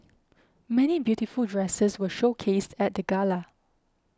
many beautiful dresses were showcased at the gala